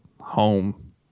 home